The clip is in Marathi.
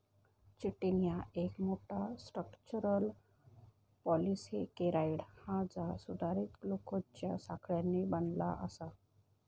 चिटिन ह्या एक मोठा, स्ट्रक्चरल पॉलिसेकेराइड हा जा सुधारित ग्लुकोजच्या साखळ्यांनी बनला आसा